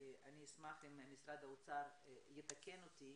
אני אשמח אם משרד האוצר יתקן אותי,